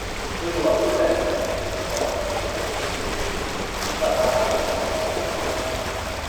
su juo sutarėme rytoj atėjus laikui iš radaro telefono paskambinsime man